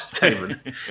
David